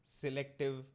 selective